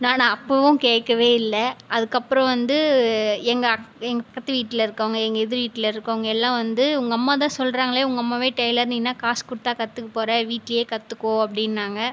நான் அப்போவும் கேட்கவே இல்லை அதுக்கப்பறம் வந்து எங்கள எங்கள் பக்கத்து வீட்டில் இருக்கறவங்க எங்கள் எதிர் வீட்டில் இருக்கறவங்க எல்லாம் வந்து உங்கள் அம்மா தான் சொல்கிறாங்களே உங்கள் அம்மாவே டெய்லர் நீ என்ன காசு கொடுத்தா கற்றுக்க போகிற வீட்டிலேயே கற்றுக்கோ அப்படின்னாங்க